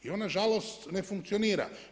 I on na žalost ne funkcionira.